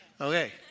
Okay